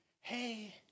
hey